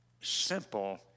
simple